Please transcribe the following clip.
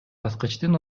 баскычтын